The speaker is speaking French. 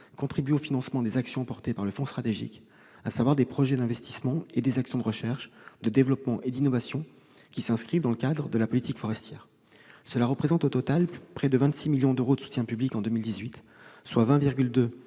contribue au financement des actions portées par le fonds stratégique, à savoir des projets d'investissement et des actions de recherche, de développement et d'innovation qui s'inscrivent dans le cadre de la politique forestière. Cela représente au total près de 26 millions d'euros de soutien public en 2018 : 20,2